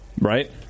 Right